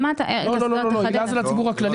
לא, היל"ה זה לציבור הכללי.